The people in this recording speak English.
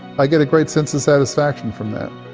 i get a great sense of satisfaction from that.